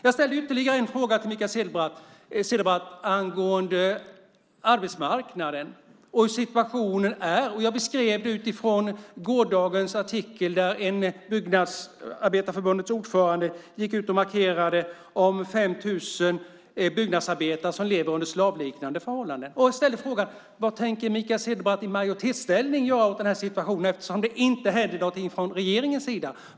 Jag ställde ytterligare en fråga till Mikael Cederbratt angående situationen på arbetsmarknaden. Jag beskrev den utifrån en artikel från i går där Byggnadsarbetareförbundets ordförande gick ut och markerade att 5 000 byggnadsarbetare lever under slavliknande förhållanden. Vad tänker Mikael Cederbratt i majoritetsställning göra åt den här situationen? Det händer ju inte någonting från regeringens sida.